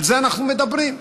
על זה אנחנו מדברים.